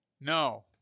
no